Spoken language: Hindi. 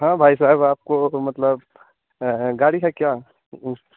हाँ भाई साहेब आपको मतलब गाड़ी है क्या